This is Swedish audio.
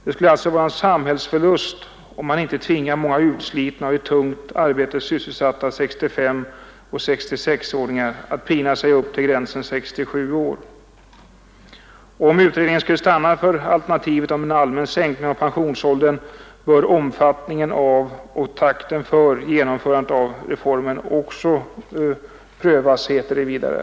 Det skulle alltså bli en samhällsförlust om man inte tvingade utslitna och i tungt arbete sysselsatta 65 och 66-åringar att pina sig upp till gränsen 67 år. Om utredningen skulle stanna för det alternativ som innebär en allmän sänkning av pensionsåldern, bör omfattningen av och takten för genomförandet av reformen också prövas, heter det vidare.